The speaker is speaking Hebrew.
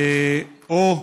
או: